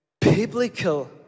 biblical